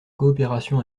coopération